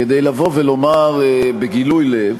כדי לומר בגילוי לב,